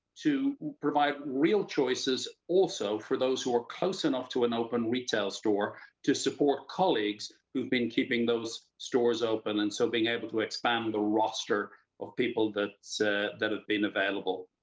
to provide real choices, also, for those ah close enough to an open retail store to support colleagues who have been keeping those stores open and so. being able to expand the roster of people that so that have been available.